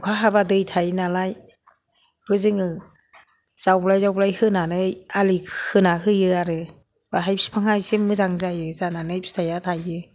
अखा हाबा दै थायो नालाय बेखौ जोङो जावग्लाय जावग्लाय होनानै आलि खोनानै होयो आरो बाहाय फिफाङा एसे मोजां जायो जानानै फिथाइया थायो